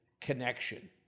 connection